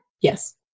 Yes